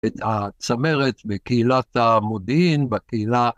את הצמרת בקהילת המודיעין, בקהילה.